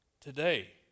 today